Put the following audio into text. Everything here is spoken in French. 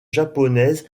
japonaise